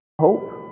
hope